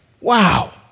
Wow